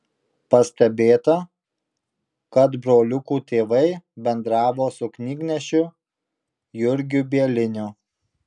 pastebėta kad broliukų tėvai bendravo su knygnešiu jurgiu bieliniu